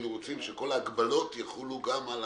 שכל ההגבלות יחולו גם על